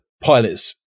pilot's